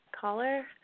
caller